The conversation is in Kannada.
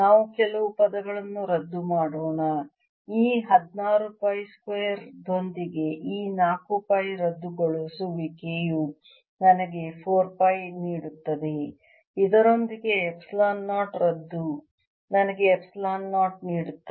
ನಾವು ಕೆಲವು ಪದಗಳನ್ನು ರದ್ದು ಮಾಡೋಣ ಈ 16 ಪೈ ಸ್ಕ್ವೇರ್ ದೊಂದಿಗೆ ಈ 4 ಪೈ ರದ್ದುಗೊಳಿಸುವಿಕೆಯು ನನಗೆ 4 ಪೈ ನೀಡುತ್ತದೆ ಇದರೊಂದಿಗೆ ಎಪ್ಸಿಲಾನ್ 0 ರದ್ದು ನನಗೆ ಎಪ್ಸಿಲಾನ್ 0 ನೀಡುತ್ತದೆ